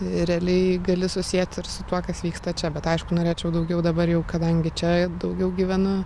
realiai gali susieti ir su tuo kas vyksta čia bet aišku norėčiau daugiau dabar jau kadangi čia daugiau gyvenu